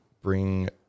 bring